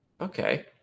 okay